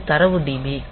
இது தரவு DB